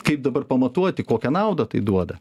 kaip dabar pamatuoti kokią naudą tai duoda